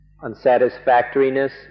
unsatisfactoriness